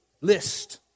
list